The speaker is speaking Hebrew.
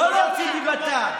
לא להוציא את דיבתה,